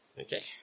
Okay